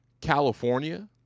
California